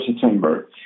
September